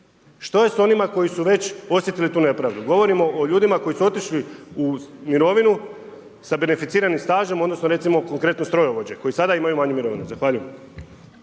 što je s onima koji su već osjetili tu nepravdu? Govorimo o ljudima koji su otišli u mirovinu sa beneficiranim stažem, odnosno recimo konkretno strojovođe koji sada imaju manju mirovinu. Zahvaljujem.